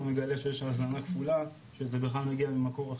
מגלה שיש הזנה כפולה שזה בכלל מגיע ממקום אחר,